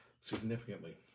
Significantly